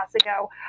ago